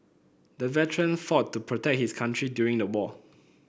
the veteran fought to protect his country during the war